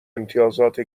امتیازات